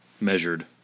Measured